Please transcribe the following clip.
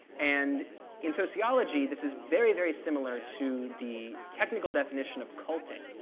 and in sociology, this is very, very similar to the technical definition of culting.